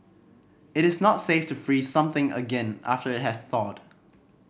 it is not safe to freeze something again after it has thawed